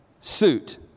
suit